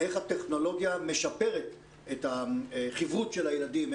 איך הטכנולוגיה משפרת את החִבְרוּת של הילדים,